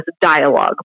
dialogue